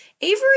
Avery